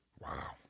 Wow